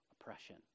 oppression